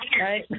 right